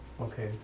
Okay